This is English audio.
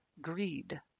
Greed